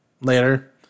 later